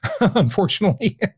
unfortunately